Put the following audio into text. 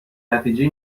نتیجهای